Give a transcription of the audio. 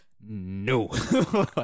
no